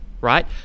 right